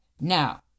now